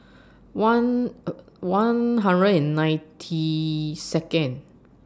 one one hundred and ninety Second